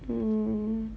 mm